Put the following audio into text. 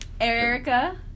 erica